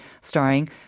starring